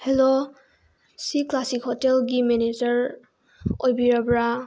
hello ꯁꯤ classic ꯍꯣꯇꯦꯜꯒꯤ manager ꯑꯣꯏꯕꯤꯔꯕ꯭ꯔꯥ